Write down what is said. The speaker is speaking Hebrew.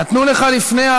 נתנו לך לפני,